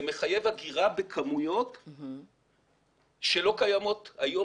זה מחייב אגירה בכמויות שלא קיימות היום